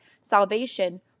salvation